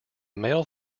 male